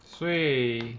所以